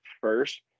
first